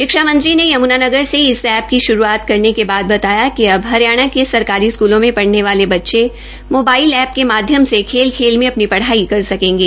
शिक्षा मंत्री ने यमुनानगर से इस एप्लीकेशन की शुरूआत करने के बाद बताया कि अब हरियाणा के सरकारी स्कूलों में प ने वाले बच्चे मोबाइल एप के माध्यम से खेल खेल में अपनी पढ़ाई कर सकेंगे